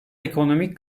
ekonomik